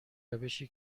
روشی